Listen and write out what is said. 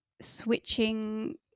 switching